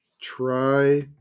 try